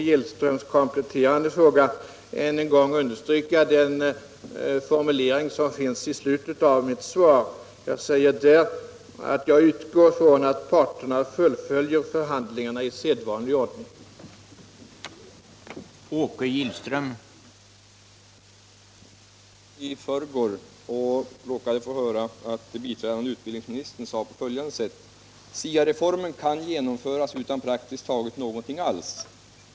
Herr talman! Jag lyssnade på radion i förrgår och råkade få höra att biträdande utbildningsministern sade på följande sätt: SIA-reformen kan genomföras utan praktiskt taget någonting alls.